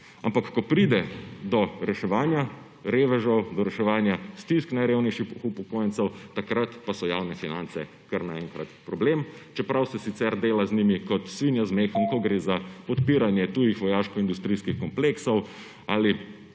Ampak ko pride do reševanja revežev, do reševanja stisk najrevnejših upokojencev, takrat pa so javne finance kar naenkrat problem, čeprav se sicer dela z njimi kot svinja z mehom, ko gre za podpiranje tujih vojaškoindustrijskih kompleksov ali